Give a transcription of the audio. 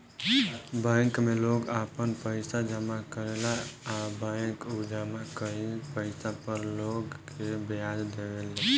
bank में लोग आपन पइसा जामा करेला आ बैंक उ जामा कईल पइसा पर लोग के ब्याज देवे ले